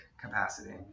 capacity